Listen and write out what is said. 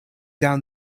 down